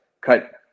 cut